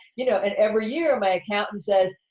you know, and every year, my accountant says,